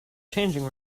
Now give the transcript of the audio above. changing